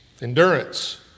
endurance